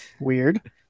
Weird